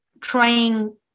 trying